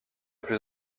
plus